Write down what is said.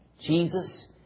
Jesus